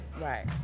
Right